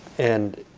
and